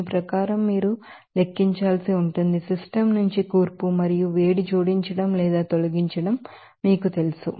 దీని ప్రకారం మీరు దీనిని లెక్కించాల్సి ఉంటుంది సిస్టమ్ నుంచి కంపోసిషన్ మరియు వేడి జోడించడం లేదా తొలగించడం మీకు తెలుసు